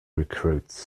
recruits